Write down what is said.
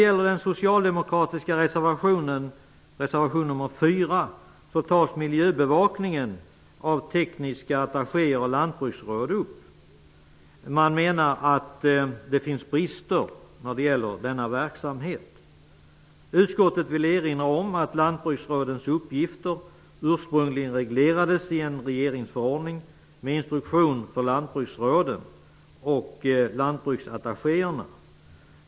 I den socialdemokratiska reservationen, nr 4, tas miljöbevakningen av tekniska attachéer och lantbruksråd upp. Man menar att det finns brister när det gäller denna verksamhet. Utskottet vill erinra om att lantbruksrådens uppgifter ursprungligen reglerades i en regeringsförordning med instruktion för lantbruksråden och lantbruksattachéerna.